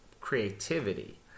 creativity